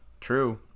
true